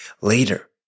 later